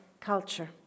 culture